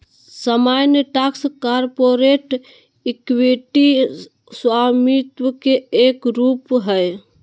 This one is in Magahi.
सामान्य स्टॉक कॉरपोरेट इक्विटी स्वामित्व के एक रूप हय